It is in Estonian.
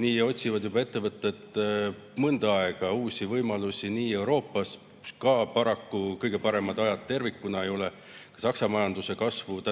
Nii otsivad ettevõtted juba mõnda aega uusi võimalusi [mujal] Euroopas, kus ka paraku kõige paremad ajad tervikuna ei ole. Ka Saksa majanduse kasvu